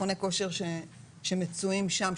מכוני כושר שמצויים שם,